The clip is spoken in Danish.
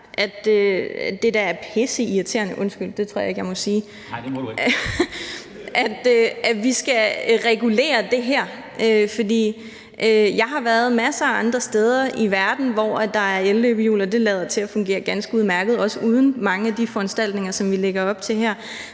Nej, det må du ikke) – at vi skal regulere det her. For jeg har været masser af andre steder i verden, hvor der er elløbehjul, og det lader til at fungere ganske udmærket også uden mange af de foranstaltninger, som vi lægger op til her.